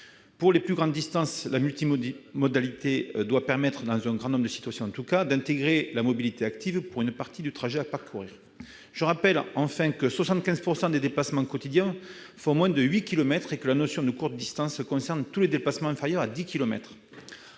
Pour les plus grandes distances, la multimodalité doit permettre, dans un grand nombre de situations, d'intégrer la mobilité active pour une partie du trajet à parcourir. Je rappelle que 75 % des déplacements quotidiens font moins de huit kilomètres et que la notion de courte distance concerne tous les déplacements inférieurs à dix